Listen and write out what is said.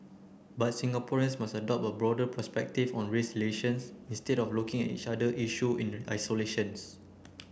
but Singaporeans must adopt a broader perspective on race relations instead of looking at each issue in isolations